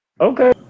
Okay